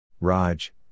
Raj